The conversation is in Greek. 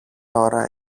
ώρα